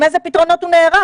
עם איזה פתרונות הוא נערך?